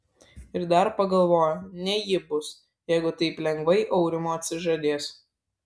ir dar pagalvoja ne ji bus jeigu taip lengvai aurimo atsižadės